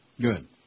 Good